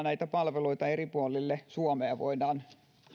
näitä palveluita eri puolille suomea voidaan